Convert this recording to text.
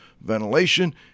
ventilation